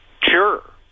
sure